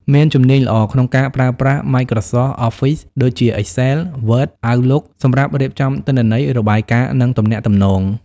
មានជំនាញល្អក្នុងការប្រើប្រាស់ Microsoft Office ដូចជា Excel, Word, Outlook សម្រាប់រៀបចំទិន្នន័យ របាយការណ៍ និងទំនាក់ទំនង។